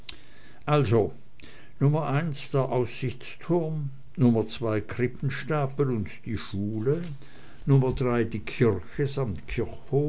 also nummer eins der aussichtsturm nummer zwei krippenstapel und die schule nummer drei die kirche samt